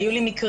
היו לי מקרים,